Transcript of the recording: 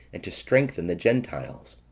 and to strengthen the gentiles.